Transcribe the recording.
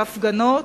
בהפגנות,